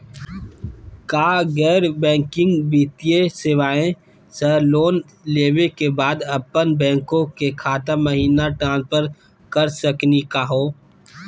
का गैर बैंकिंग वित्तीय सेवाएं स लोन लेवै के बाद अपन बैंको के खाता महिना ट्रांसफर कर सकनी का हो?